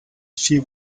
she